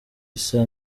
isa